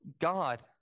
God